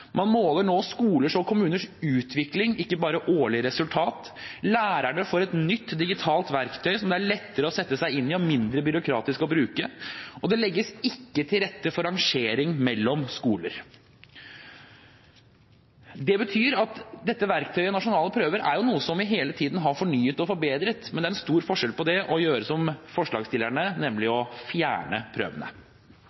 Man måler nå skolers og kommuners utvikling, ikke bare årlige resultater. Lærerne får et nytt digitalt verktøy som det er lettere å sette seg inn i, og som er mindre byråkratisk å bruke, og det legges ikke til rette for rangering mellom skoler. Det betyr at verktøyet nasjonale prøver er noe som vi hele tiden har fornyet og forbedret. Men det er en stor forskjell på det og å gjøre som forslagsstillerne foreslår, nemlig å fjerne prøvene.